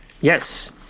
Yes